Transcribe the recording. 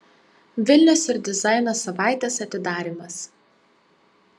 vilnius ir dizaino savaitės atidarymas